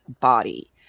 body